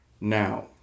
Now